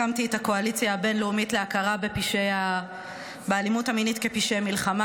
הקמתי את הקואליציה הבין-לאומית להכרה באלימות המינית כפשעי מלחמה,